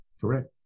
Correct